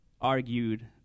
argued